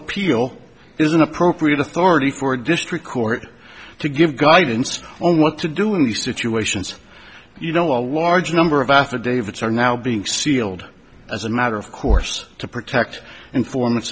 appeal is an appropriate authority for a district court to give guidance on what to do in these situations you know a large number of affidavits are now being sealed as a matter of course to protect informants